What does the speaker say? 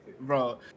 Bro